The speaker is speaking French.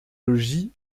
logis